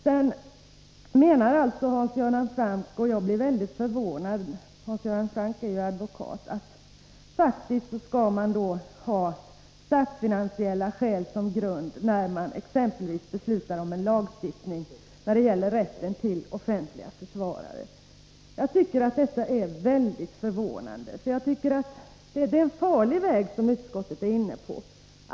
Jag blev mycket förvånad när jag hörde Hans Göran Franck, som ju är advokat, säga att man nu skall ha statsfinansiella skäl som grund när man beslutar om en lagstiftning som gäller rätten till offentlig försvarare. Utskottet är enligt min mening inne på en farlig väg.